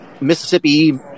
Mississippi